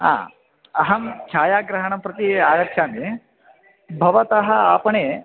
हा अहं छायाग्रहणं प्रति आगच्छामि भवतः आपणे